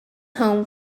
home